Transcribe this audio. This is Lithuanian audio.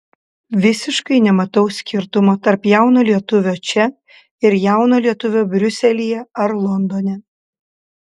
visiškai nematau skirtumo tarp jauno lietuvio čia ir jauno lietuvio briuselyje ar londone